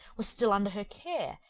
was still under her care,